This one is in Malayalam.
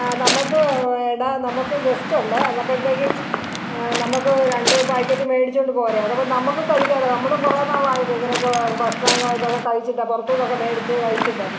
ആ നമുക്ക് എടാ നമുക്ക് ഗസ്റ്റ് ഉണ്ട് അന്ന് അപ്പോഴത്തേക്കും നമുക്ക് രണ്ട് പാക്കറ്റ് മേടിച്ചുകൊണ്ട് പോരൂ അതപ്പം നമുക്കും കഴിക്കാമല്ലോ നമ്മളും കുറേ നാളായില്ലേ ഇങ്ങനെ ഒക്കെ ഭഷ്ണങ്ങൾ ഇതൊക്കെ കഴിച്ചിട്ട് പുറത്തു നിന്നൊക്കെ മേടിച്ച് കഴിച്ചിട്ടേ